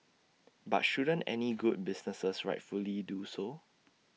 but shouldn't any good businesses rightfully do so